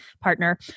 partner